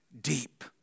deep